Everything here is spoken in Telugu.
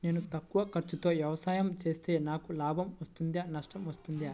నేను తక్కువ ఖర్చుతో వ్యవసాయం చేస్తే నాకు లాభం వస్తుందా నష్టం వస్తుందా?